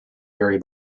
vary